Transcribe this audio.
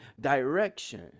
direction